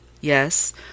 Yes